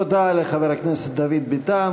תודה לחבר הכנסת דוד ביטן.